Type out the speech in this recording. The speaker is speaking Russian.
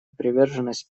приверженность